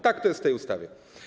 Tak, to jest w tej ustawie.